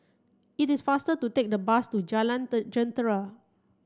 it is faster to take the bus to Jalan Jentera